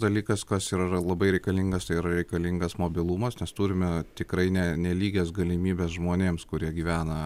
dalykas kas yra labai reikalingas tai yra reikalingas mobilumas nes turime tikrai ne nelygias galimybes žmonėms kurie gyvena